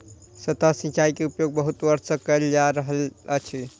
सतह सिचाई के उपयोग बहुत वर्ष सँ कयल जा रहल अछि